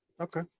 okay